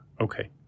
Okay